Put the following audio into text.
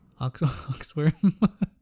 Oxworm